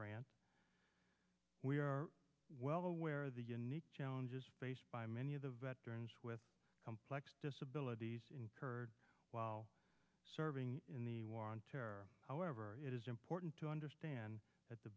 grant we are well aware of the unique challenges faced by many of the veterans with complex disabilities incurred while serving in the war on terror however it is important to understand that the